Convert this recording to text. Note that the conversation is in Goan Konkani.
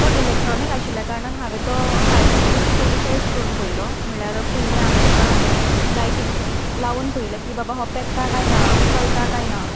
तो इलॅक्ट्रोनीक आशिल्ल्या कारणांत हांवें तो हाडलो की पयलीं टेस्ट करून पयलो म्हणल्यार पयलीं हांवें ताका लायटीक लावन पयलें की बाबा हो पेट्टा काय ना चलता काय ना